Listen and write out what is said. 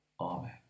Amen